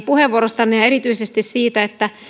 puheenvuorostanne ja erityisesti siitä että